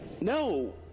No